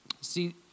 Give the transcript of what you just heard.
See